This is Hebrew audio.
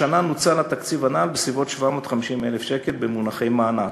השנה נוצל התקציב הנ"ל בסביבות 750,000 שקל במונחי מענק.